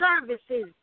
services